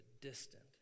distant